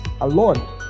alone